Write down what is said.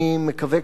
אני מקווה,